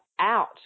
out